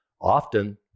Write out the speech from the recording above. often